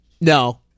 No